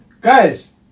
guys